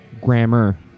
Grammar